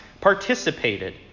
participated